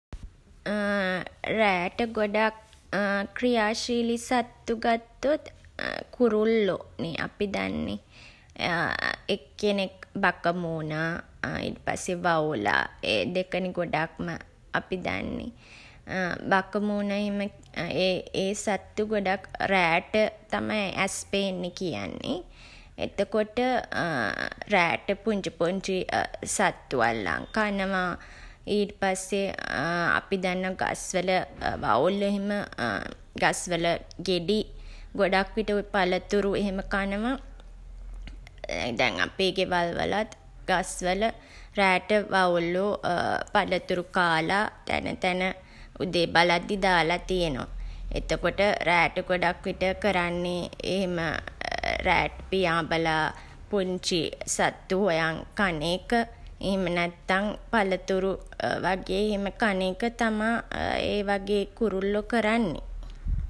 රෑට ගොඩක් ක්‍රියාශීලී සත්තු ගත්තොත් කුරුල්ලෝ නේ අපි දන්නේ. එක්කෙනෙක් බකමූණා. ඊට පස්සේ වවුලා. ඒ දෙක නේ ගොඩක්ම අපි දන්නේ. බකමූණා එහෙම ඒ සත්තු ගොඩක් රෑට තමයි ඇස් පේන්නේ කියන්නේ. එතකොට රෑට පුංචි පුංචි සත්තු අල්ලන් කනවා. ඊට පස්සේ අපි දන්නවා ගස්වල වවුල්ලෝ එහෙම ගස්වල ගෙඩි ගොඩක් විට ඔය පළතුරු එහෙම කනවා. දැන් අපේ ගෙවල් වලත් ගස්වල රෑට වවුල්ලු පළතුරු කාලා තැන තැන උදේ බලද්දී දාලා තියෙනවා. එතකොට රෑට ගොඩක්විට කරන්නේ එහෙම රෑට පියාඹලා පුංචි සත්තු හොයන් කන එක. එහෙම නැත්තන් පළතුරු වගේ එහෙම කන එක තමා ඒ වගේ කුරුල්ලෝ කරන්නේ.